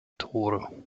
tore